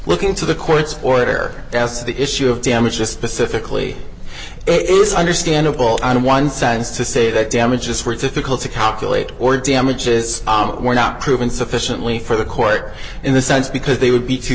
looking to the court's order as the issue of damage just pacifically it is understandable on one sense to say that damages were difficult to calculate or damages were not proven sufficiently for the court in the sense because they would be too